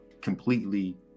completely